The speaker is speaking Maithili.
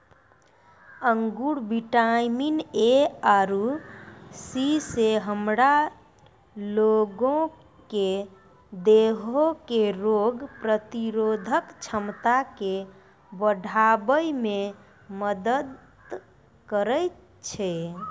अंगूर विटामिन ए आरु सी से हमरा लोगो के देहो के रोग प्रतिरोधक क्षमता के बढ़ाबै मे मदत करै छै